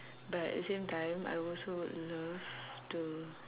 but at the same time I would also love to